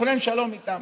לכונן שלום איתם.